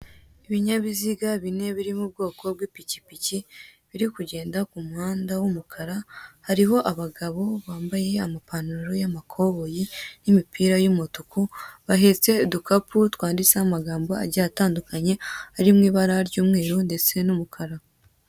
Ibinyabiziga bine biri mu bwoko bw'ipikipiki, biri kugenda mu muhanda w'umukara. Hariho abagabo bambaye amapantalo y'amakoboyi n'imipira y'umutuku. Bahetse udukapi twanditseho amagambo agiye atandukanye, ari mu ibara ry'umweru ndetse n'umukara.